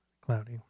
Cloudy